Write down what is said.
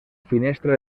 finestra